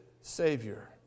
Savior